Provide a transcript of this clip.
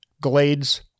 glades